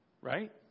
Right